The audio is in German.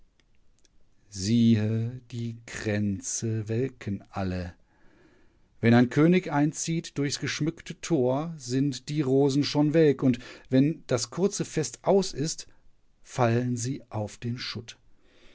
siehe die kränze welken alle wenn ein könig einzieht durchs geschmückte tor sind die rosen schon welk und wenn das kurze fest aus ist fallen sie auf den schutt